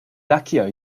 luckier